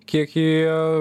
kiek jie